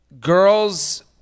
girls